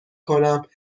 کنم